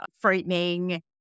frightening